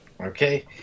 Okay